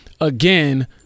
again